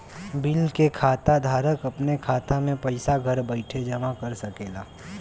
bill के खाता धारक अपने खाता मे पइसा घर बइठे जमा करा सकेला